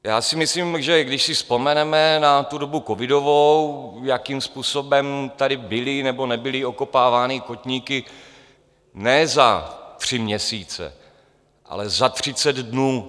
Já si myslím, že když si vzpomeneme na tu dobu covidovou, jakým způsobem tady byly nebo nebyly okopávány kotníky ne za tři měsíce, ale za třicet dnů...